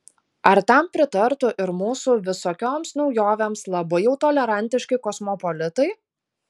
ar tam pritartų ir mūsų visokioms naujovėms labai jau tolerantiški kosmopolitai